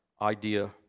idea